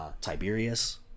Tiberius